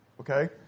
Okay